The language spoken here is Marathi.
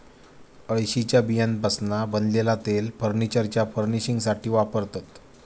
अळशीच्या बियांपासना बनलेला तेल फर्नीचरच्या फर्निशिंगसाथी वापरतत